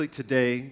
today